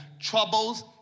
troubles